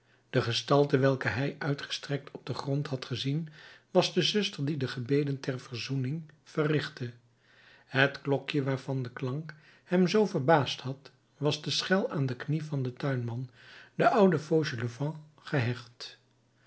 de gestalte welke hij uitgestrekt op den grond had gezien was de zuster die de gebeden ter verzoening verrichtte het klokje waarvan de klank hem zoo verbaasd had was de schel aan de knie van den tuinman den ouden fauchelevent gehecht